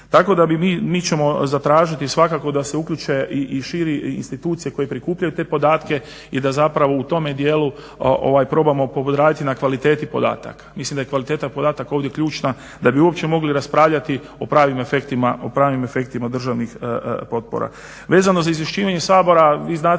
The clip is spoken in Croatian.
Tako da bi mi, mi ćemo zatražiti svakako da se uključe i šire institucije koje prikupljaju te podatke i da zapravo u tome dijelu probamo poraditi na kvaliteti podataka. Mislim da je kvaliteta podataka ovdje ključna da bi uopće mogli raspravljati o pravim efektima državnih potpora.